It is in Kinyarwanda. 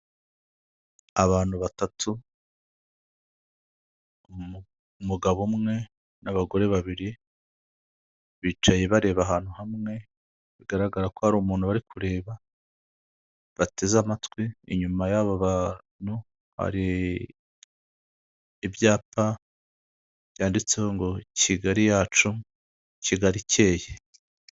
Abantu batatu, umugabo umwe n'abagore babiri, bicaye bareba ahantu hamwe, bigaragara ko hari umuntu bari kureba, bateze amatwi, inyuma y'aba bantu, hari ibyapa byanditseho ngo :"Kigali yacu, Kigali ikeye."